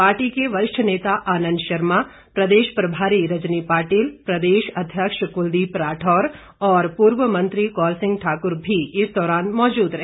party के वरिष्ठ नेता आनंद शर्मा प्रदेश प्रभारी रजनी पाटिल प्रदेश अध्यक्ष कुलदीप राठौर और पूर्व मंत्री कौल सिंह ठाकुर भी इस दौरान मौजूद रहे